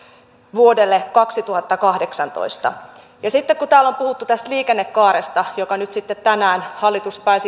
vuodelle kaksituhattakahdeksantoista ja sitten kun täällä on puhuttu tästä liikennekaaresta josta nyt sitten tänään hallitus pääsi